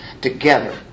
together